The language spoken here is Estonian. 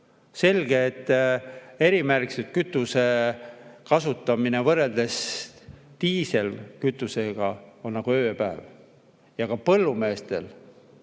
Selge, et erimärgistatud kütuse kasutamine võrreldes diislikütusega on nagu öö ja päev. Ka põllumeestel